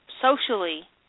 socially